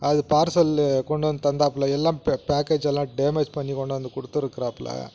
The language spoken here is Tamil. அது பார்சல்லு கொண்டு வந்து தந்தாப்புல எல்லாம் பேக்கேஜ் எல்லாம் டேமேஜ் பண்ணி கொண்டாந்து கொடுத்துருக்குறாப்புல